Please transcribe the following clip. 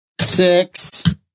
six